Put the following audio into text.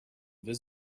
been